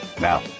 Now